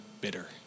bitter